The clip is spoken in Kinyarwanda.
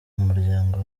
muryango